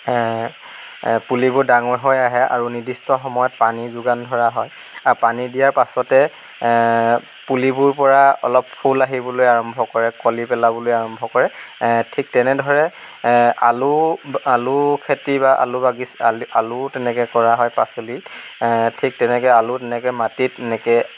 পুলিবোৰ ডাঙৰ হৈ আহে আৰু নিৰ্দিষ্ট সময়ত পানী যোগান ধৰা হয় আৰু পানী দিয়াৰ পাছতে পুলিবোৰৰ পৰা অলপ ফুল আহিবলৈ আৰম্ভ কৰে কলি পেলাবলৈ আৰম্ভ কৰে ঠিক তেনেদৰে আলু আলু খেতি বা আলু বাগিছা আলু আলুও তেনেকৈ কৰা হয় পাচলি ঠিক তেনেকৈ আলু তেনেকৈ মাটিত এনেকৈ